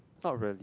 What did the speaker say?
not really